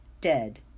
Dead